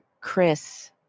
Chris